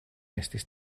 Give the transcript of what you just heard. estis